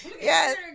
Yes